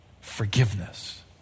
forgiveness